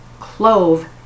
clove